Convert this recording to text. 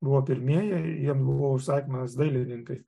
buvo pirmieji jiem buvo užsakymas dailininkai